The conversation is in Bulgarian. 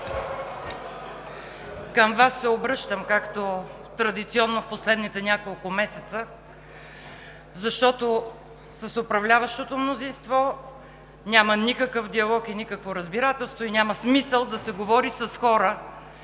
Обръщам се към Вас, както е традиционно в последните няколко месеца, защото с управляващото мнозинство няма никакъв диалог и никакво разбирателство и няма смисъл да се говори с хора,